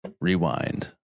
rewind